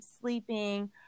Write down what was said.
sleeping